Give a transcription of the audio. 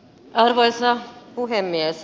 arvoisa puhemies